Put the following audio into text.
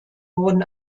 wurden